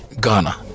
Ghana